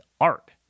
art